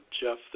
Jeff